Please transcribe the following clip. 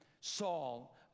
Saul